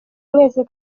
mwese